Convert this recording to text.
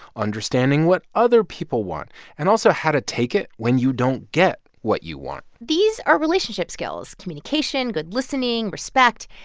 understanding what other people want and also how to take it when you don't get what you want these are relationship skills communication, good listening, respect.